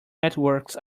networks